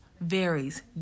varies